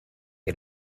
and